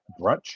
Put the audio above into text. brunch